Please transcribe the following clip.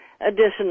additional